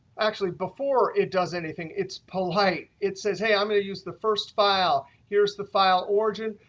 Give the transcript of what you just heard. actually before it does anything, it's polite. it says, hey, i'm going to use the first file. here's the file origin.